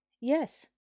Yes